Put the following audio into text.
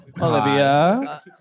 Olivia